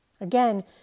Again